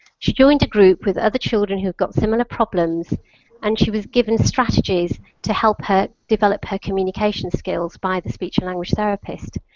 she joined a group with other children who got similar problems and she was given strategies to help her develop her communication skills by the speech and language therapist.